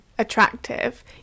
Attractive